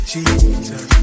Jesus